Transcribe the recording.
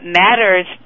matters